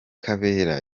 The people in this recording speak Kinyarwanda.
kabera